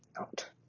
out